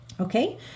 Okay